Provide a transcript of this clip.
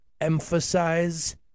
emphasize